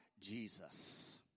Jesus